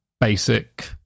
basic